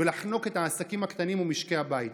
ולחנוק את העסקים הקטנים ומשקי הבית.